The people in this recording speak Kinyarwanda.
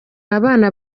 abana